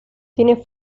tiene